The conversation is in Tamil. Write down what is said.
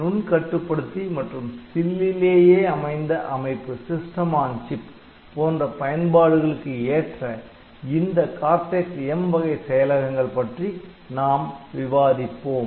நுண் கட்டுப்படுத்தி மற்றும் சில்லிலேயே அமைந்த அமைப்பு போன்ற பயன்பாடுகளுக்கு ஏற்ற இந்த Cortex M வகை செயலகங்கள் பற்றி நாம் விவாதிப்போம்